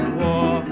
war